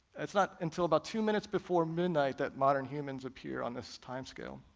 it's not until about two minutes before midnight that modern humans appear on this timescale.